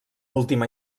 última